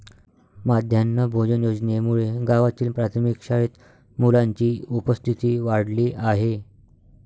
माध्यान्ह भोजन योजनेमुळे गावातील प्राथमिक शाळेत मुलांची उपस्थिती वाढली आहे